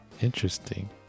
Interesting